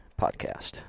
podcast